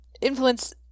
influence